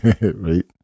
Right